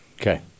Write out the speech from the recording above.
Okay